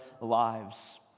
lives